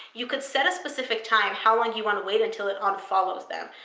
you could set a specific time how long you want to wait until it unfollows them.